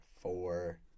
four